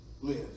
live